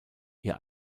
ihr